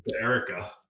Erica